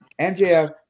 MJF